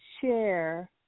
share